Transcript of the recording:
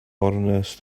ornest